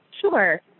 Sure